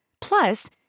plus